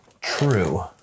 true